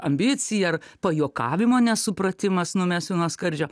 ambiciją ar pajuokavimo nesupratimas numesiu nuo skardžio